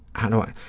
i,